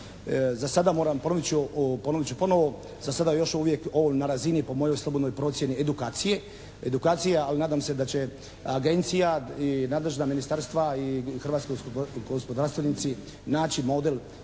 Za sada moram, ponovit ću ponovo, za sada još uvijek on na razini po mojoj slobodnoj procjeni edukacije ali nadam se da će agencija i nadležna ministarstva i hrvatski gospodarstvenici naći model